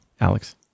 Alex